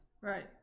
Right